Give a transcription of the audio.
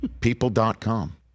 People.com